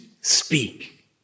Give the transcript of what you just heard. speak